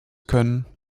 können